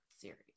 series